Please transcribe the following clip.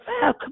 come